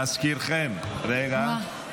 להזכירכם, רגע.